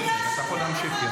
לא כל מילה שנייה, כל שלישית.